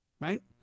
Right